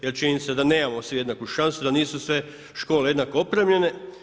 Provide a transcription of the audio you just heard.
Jer čini se da nemamo svi jednaku šansu, da nisu sve škole jednako opremljene.